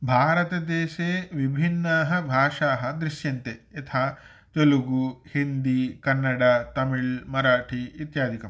भारतदेशे विभिन्नाः भाषाः दृश्यन्ते यथा तेलुगु हिन्दी कन्नड तमिल् मराठी इत्यादिकम्